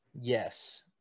yes